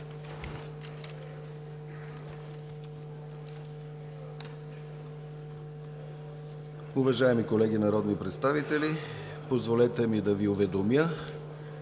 Уважаеми колеги народни представители, позволете ми да Ви уведомя,